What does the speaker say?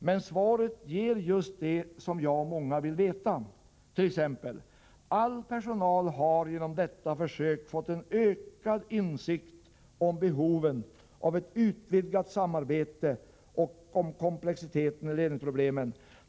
Men svaret ger just besked om det som jag och många vill veta, t.ex. att all personal genom detta försök har fått en ökad insikt om behoven av ett utvidgat samarbete och om komplexiteten i ledningsproblemen.